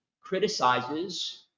criticizes